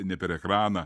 ne per ekraną